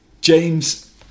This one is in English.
James